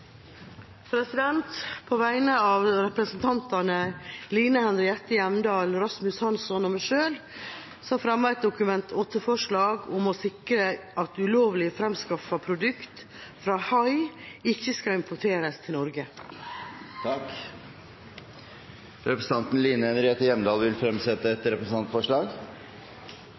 representantforslag. På vegne av representantene Line Henriette Hjemdal, Rasmus Hansson og meg selv fremmer jeg et Dokument 8-forslag om å sikre at ulovlig fremskaffede produkter fra hai ikke skal importeres til Norge. Forslaget vil